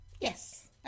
Yes